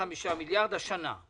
25 מיליארד השנה.